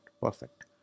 perfect